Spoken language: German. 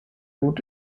gut